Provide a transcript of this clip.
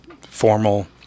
formal